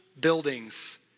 buildings